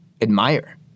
admire